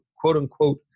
quote-unquote